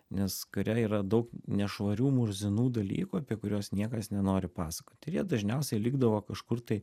nes kare yra daug nešvarių murzinų dalykų apie kuriuos niekas nenori pasakoti dažniausiai likdavo kažkur tai